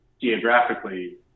geographically